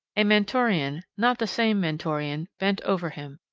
a mentorian not the same mentorian bent over him.